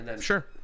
sure